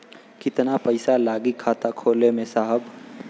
कितना पइसा लागि खाता खोले में साहब?